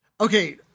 okay